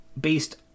based